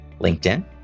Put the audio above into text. LinkedIn